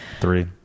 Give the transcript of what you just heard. Three